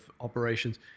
operations